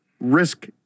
risk